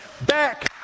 back